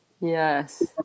yes